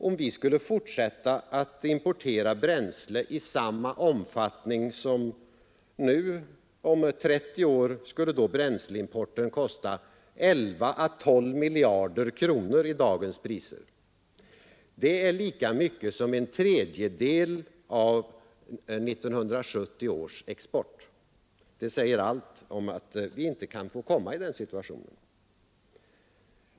Om vi skulle fortsätta att importera bränsle i samma omfattning som nu, så skulle bränsleimporten om 30 år kosta 11 å 12 miljarder kronor i dagens priser. Det är lika mycket som en tredjedel av 1970 års export. Det säger allt om att vi inte får komma i den situationen.